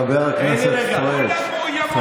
כולן מאוימות.